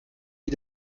wie